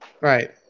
Right